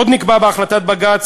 עוד נקבע בהחלטת בג"ץ,